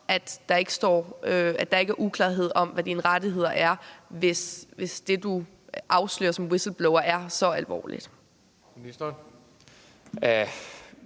at der ikke er uklarhed om, hvad dine rettigheder er, hvis det, du afslører som whistleblower, er så alvorligt. Kl.